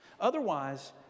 Otherwise